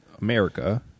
America